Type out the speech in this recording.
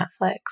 Netflix